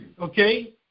okay